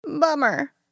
Bummer